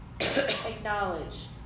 acknowledge